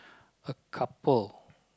a couple